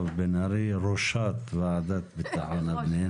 ראשת הוועדה לביטחון פנים.